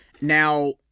Now